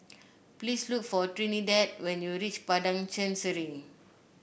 please look for Trinidad when you reach Padang Chancery